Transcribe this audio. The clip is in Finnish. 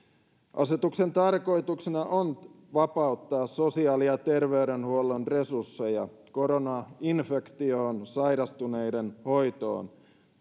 asetuksen tarkoituksena on vapauttaa sosiaali ja terveydenhuollon resursseja koronainfektioon sairastuneiden hoitoon